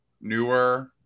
newer